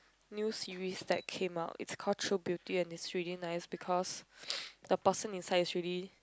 new series that came out it's called true beauty and it's really nice because the person inside is really